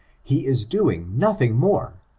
he is doing nothing more,